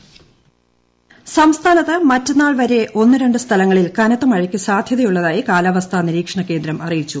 മഴ സംസ്ഥാനത്ത് മറ്റന്നാൾ വരെ ഒന്നു രണ്ടു സ്ഥലങ്ങളിൽ കനത്ത മഴയ്ക്ക് സാധ്യതയുളളതായി കാലാവസ്ഥാ നിരീക്ഷണ കേന്ദ്രം അറിയിച്ചു